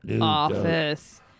Office